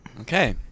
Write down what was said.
Okay